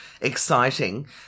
exciting